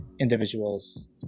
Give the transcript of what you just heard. individuals